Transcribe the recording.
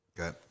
Okay